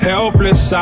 Helpless